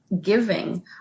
giving